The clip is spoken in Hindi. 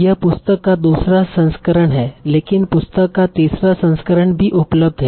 यह पुस्तक का दूसरा संस्करण है लेकिन पुस्तक का तीसरा संस्करण भी उपलब्ध है